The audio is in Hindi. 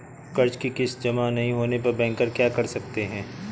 कर्ज कि किश्त जमा नहीं होने पर बैंकर क्या कर सकते हैं?